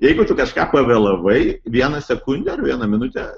jeigu tu kažką pavėlavai vieną sekundę ar vieną minutę